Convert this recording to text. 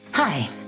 Hi